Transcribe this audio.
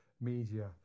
media